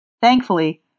Thankfully